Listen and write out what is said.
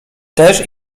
też